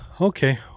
Okay